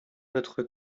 notre